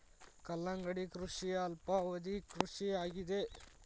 ಕಲ್ಲಂಗಡಿ ಕೃಷಿಯ ಅಲ್ಪಾವಧಿ ಕೃಷಿ ಆಗಿದೆ